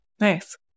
Nice